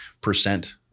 percent